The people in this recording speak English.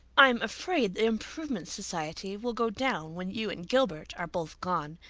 i'm afraid the improvement society will go down when you and gilbert are both gone,